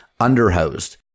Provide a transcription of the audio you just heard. underhoused